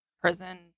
prison